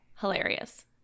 Hilarious